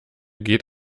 geht